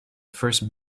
first